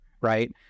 Right